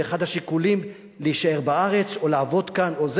ואחד השיקולים להישאר בארץ או לעבוד כאן וכו'